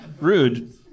Rude